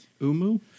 Umu